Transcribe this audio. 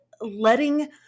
letting